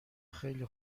خیلی